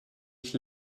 ich